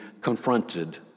confronted